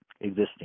existing